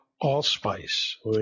allspice